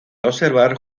observar